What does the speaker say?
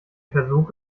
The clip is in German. versuch